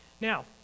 Now